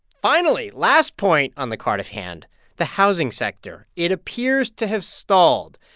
finally, last point on the cardiff hand the housing sector. it appears to have stalled.